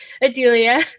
Adelia